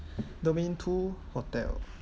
domain two hotel